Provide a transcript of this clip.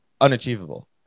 unachievable